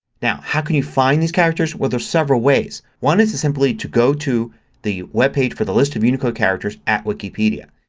now how can you find these characters? well there's several ways. one is to simply to simply go to the webpage for the list of unicode characters at wikipedia.